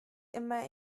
immer